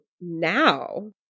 now